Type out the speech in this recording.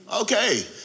Okay